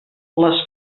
les